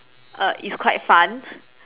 uh it's quite fun